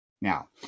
now